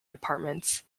departments